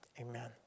amen